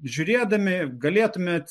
žiūrėdami galėtumėt